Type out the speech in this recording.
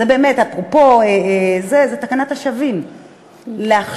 באמת, אפרופו זה, זה תקנת השבים, נכון.